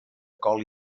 col